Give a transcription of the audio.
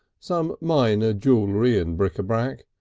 some minor jewelry and bric-a-brac,